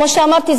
כמו שאמרתי,